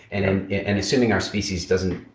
and and and assuming our species doesn't.